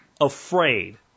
afraid